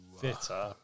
fitter